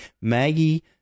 Maggie